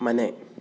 ಮನೆ